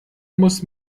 muss